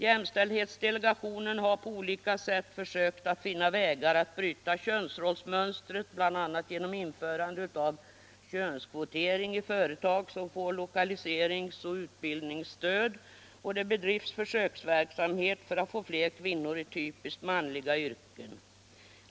Jämställdhetsdelegationen har på olika sätt försökt att finna vägar att bryta könsrollsmönstret, bl.a. genom införande av könskvotering i företag som får lokaliserings-och utbildningsstöd. Vidare bedrivs försöksverksamhet för att få fler kvinnor i typiskt manliga yrken.